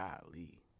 golly